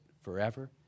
forever